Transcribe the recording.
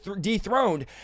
dethroned